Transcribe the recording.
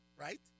right